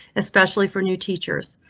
especially for new teachers.